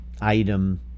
item